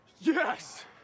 Yes